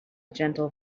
gentle